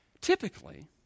Typically